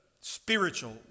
spiritual